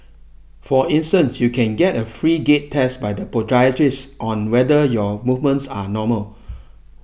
for instance you can get a free gait test by the podiatrists on whether your movements are normal